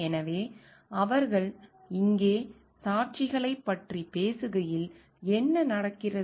எனவே அவர்கள் இங்கே சாட்சிகளைப் பற்றி பேசுகையில் என்ன நடக்கிறது